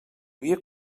havia